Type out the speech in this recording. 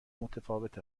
متفاوت